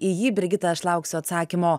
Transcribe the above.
į jį brigita aš lauksiu atsakymo